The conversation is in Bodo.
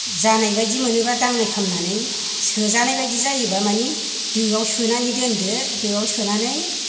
जानाय बायदि मोनोबा दांनाय फामनानै सोजानाय बायदि जायोबा माने दोआव सनानै दोनदो दोआव सोनानै